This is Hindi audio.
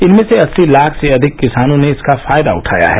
इनमें से अस्सी लाख से अधिक किसानों ने इसका फायदा उठाया है